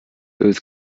öls